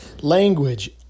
Language